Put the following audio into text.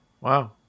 Wow